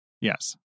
Yes